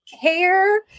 care